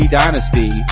dynasty